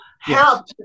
help